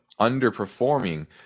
underperforming